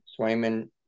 Swayman